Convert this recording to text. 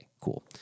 Cool